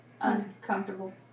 uncomfortable